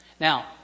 Now